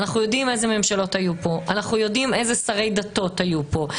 אנחנו יודעים איזה ממשלות ואיזה שרי דתות היו פה.